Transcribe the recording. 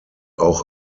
auch